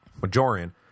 Majorian